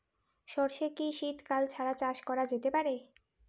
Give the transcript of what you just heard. সর্ষে কি শীত কাল ছাড়া চাষ করা যেতে পারে?